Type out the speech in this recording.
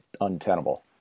untenable